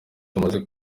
tumaze